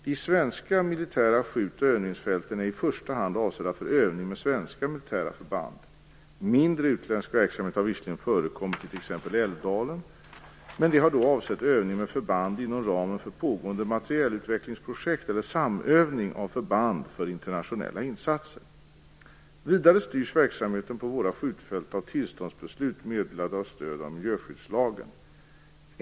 De svenska militära skjut och övningsfälten är i första hand avsedda för övning med svenska militära förband. Mindre utländsk verksamhet har visserligen förekommit i t.ex. Älvdalen, men det har då avsett övning med förband inom ramen för pågående materielutvecklingsprojekt eller samövning av förband för internationella insatser. Vidare styrs verksamheten på våra skjutfält av tillståndsbeslut meddelade med stöd av miljöskyddslagen .